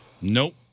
Nope